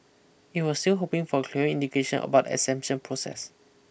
it was still hoping for a clearer indication about exemption process